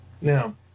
Now